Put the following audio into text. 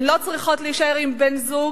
הן לא צריכות להישאר עם בן-הזוג,